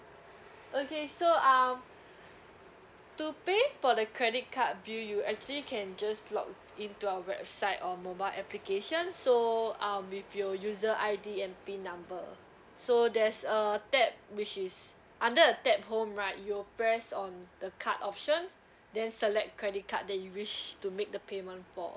okay so um to pay for the credit card bill you actually can just log in to our website or mobile application so um with your user I_D and pin number so there's a tab which is under the tab home right you'll press on the card option then select credit card that you wish to make the payment for